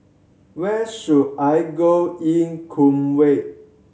where should I go in Kuwait